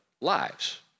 lives